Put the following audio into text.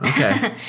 Okay